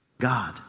God